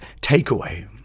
takeaway